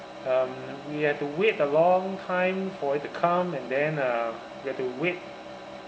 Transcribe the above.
um we had to wait a long time for it to come and then uh we had to wait